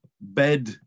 bed